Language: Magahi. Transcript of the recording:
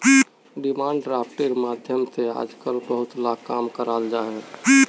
डिमांड ड्राफ्टेर माध्यम से आजकल बहुत ला काम कराल जाहा